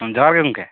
ᱡᱚᱦᱟᱨ ᱜᱮ ᱜᱚᱝᱠᱮ